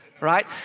right